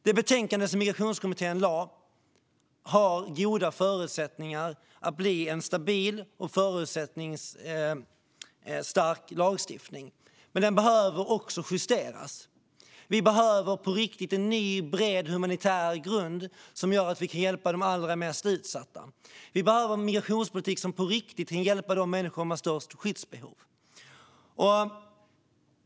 Det betänkande som Migrationskommittén lade fram har goda förutsättningar att bli en stabil och stark lagstiftning, men den behöver justeras. Vi behöver på riktigt en ny bred, humanitär grund som gör att vi kan hjälpa de allra mest utsatta. Vi behöver en migrationspolitik som på riktigt kan hjälpa de människor som har störst skyddsbehov.